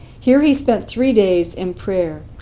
here he spent three days in prayer.